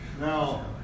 Now